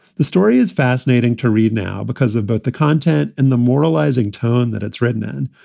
the story is fascinating to read now because of both the content and the moralizing tone that it's written in.